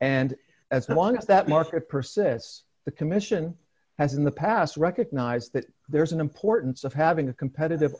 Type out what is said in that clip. and as one is that market persists the commission has in the past recognize that there's an importance of having a competitive